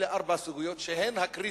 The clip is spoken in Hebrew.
אלה ארבע סוגיות שהן הקריטיות.